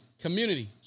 Community